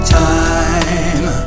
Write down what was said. time